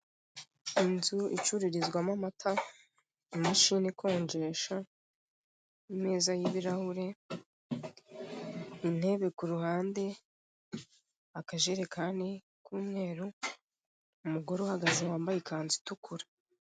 Inzu icururizwamo amata, imashini ikonjesha, imeza y'ibirahure, intebe ku ruhande, akajerekani k'umweru; umugore uhagaze wambyae ikanzu itukura.